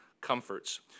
comforts